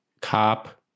cop